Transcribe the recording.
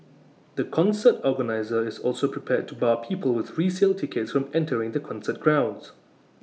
the concert organiser is also prepared to bar people with resale tickets from entering the concert grounds